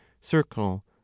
circle